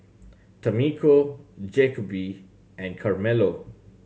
Tamiko Jacoby and Carmelo